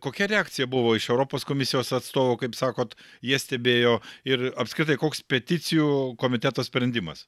kokia reakcija buvo iš europos komisijos atstovų kaip sakot jie stebėjo ir apskritai koks peticijų komiteto sprendimas